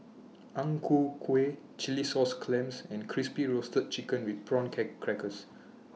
Ang Ku Kueh Chilli Sauce Clams and Crispy Roasted Chicken with Prawn Crackers